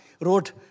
wrote